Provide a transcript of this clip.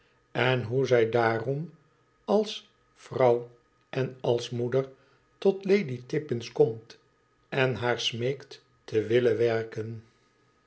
en hoe zij daarom als vrouw en als moeder tot lady tippins komt en haar smeekt te willen werken